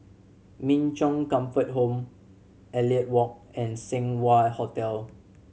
Min Chong Comfort Home Elliot Walk and Seng Wah Hotel